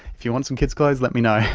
if you want some kids clothes, let me know,